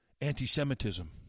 anti-Semitism